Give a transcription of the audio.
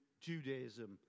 Judaism